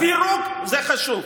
פירוק זה חשוב.